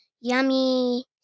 yummy